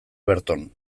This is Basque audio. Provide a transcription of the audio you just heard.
berton